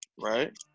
right